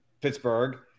pittsburgh